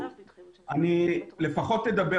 אני לפחות אדבר